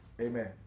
Amen